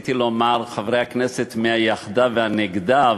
רציתי לומר חברי הכנסת מהיחדה והנגדה,